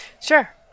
Sure